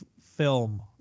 film